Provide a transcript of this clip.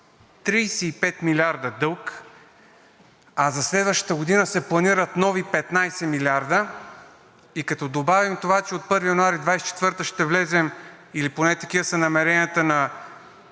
35 милиарда дълг, а за следващата година се планират нови 15 милиарда и като добавим това, че от 1 януари 2024 г. ще влезем, или поне такива са намеренията на